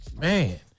Man